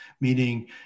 meaning